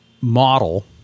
model